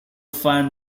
find